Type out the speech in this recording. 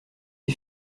des